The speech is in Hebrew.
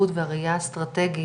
אני רוצה ללמוד מטעויות העבר.